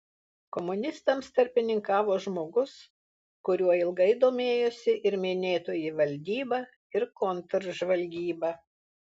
komunistams tarpininkavo žmogus kuriuo ilgai domėjosi ir minėtoji valdyba ir kontržvalgyba